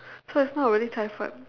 so it's not really cai-fan